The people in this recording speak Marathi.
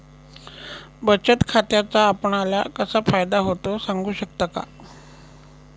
बचत खात्याचा आपणाला कसा फायदा होतो? सांगू शकता का?